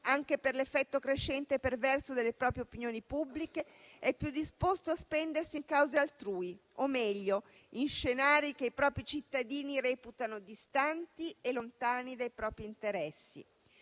anche per l'effetto crescente e perverso delle proprie opinioni pubbliche, è più disposto a spendersi in cause altrui, o meglio in scenari che i propri cittadini reputano distanti e lontani dai propri interessi.